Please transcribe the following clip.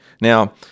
Now